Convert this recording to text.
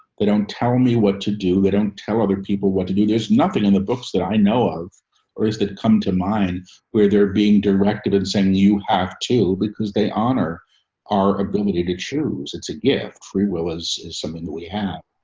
they don't tell me what to do. they don't tell other people what to do. there's nothing in the books that i know of or is that come to mind where they're being directed and saying you have to because they honor our ability to choose. it's a gift free will is something that we have.